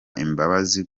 imbabazi